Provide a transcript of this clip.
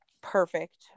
perfect